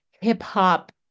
hip-hop